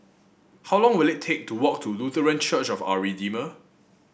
how long will it take to walk to Lutheran Church of Our Redeemer